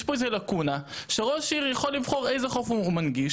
יש פה איזה לקונה שראש עיר יכול לבחור איזה חוף הוא מנגיש,